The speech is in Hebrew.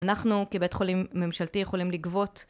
אנחנו כבית חולים ממשלתי יכולים לגבות